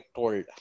told